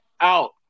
out